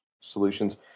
solutions